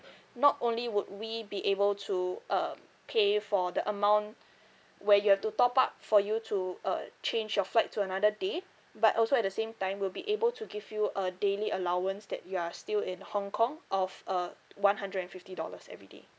not only would we be able to uh pay for the amount where you have to top up for you to uh change your flight to another day but also at the same time we'll be able to give you a daily allowance that you're still in hong kong of uh one hundred and fifty dollars everyday